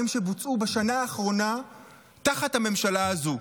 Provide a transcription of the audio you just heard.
שבוצעו בשנה האחרונה תחת הממשלה הזו: